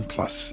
Plus